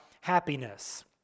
happiness